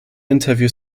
interview